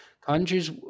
Countries